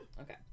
Okay